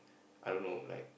I don't know like